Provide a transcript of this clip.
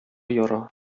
яра